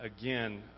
again